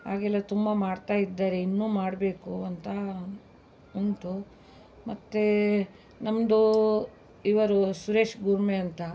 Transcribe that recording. ಆಗೆಲ್ಲ ತುಂಬ ಮಾಡ್ತಾಯಿದ್ದಾರೆ ಇನ್ನೂ ಮಾಡಬೇಕು ಅಂತ ಉಂಟು ಮತ್ತೆ ನಮ್ಮದು ಇವರು ಸುರೇಶ್ ಗೂರ್ಮೆ ಅಂತ